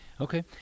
Okay